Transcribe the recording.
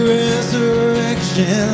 resurrection